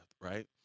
right